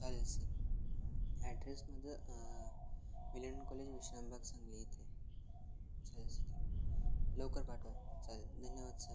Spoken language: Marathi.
चालेल सर ॲड्रेस माझं विलियन कॉलेज विश्नामबाग सांगली इथे चालेल सर लवकर पाठवा चालेल धन्यवाद सर